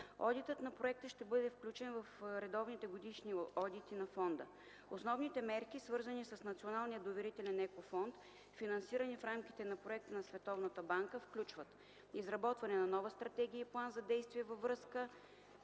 Одитът на проекта ще бъде включен в редовните годишни одити на фонда. Основните мерки, свързани с Националния доверителен Еко Фонд, финансирани в рамките на проекта на Световната банка, включват: - изработване на нова стратегия и план за действие във връзка